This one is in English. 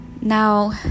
Now